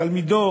תלמידו